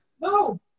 No